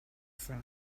сан